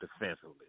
defensively